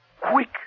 quick